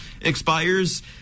expires